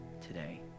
today